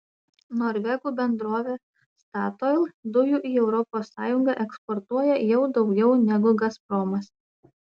norvegų bendrovė statoil dujų į europos sąjungą eksportuoja jau daugiau negu gazpromas